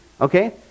Okay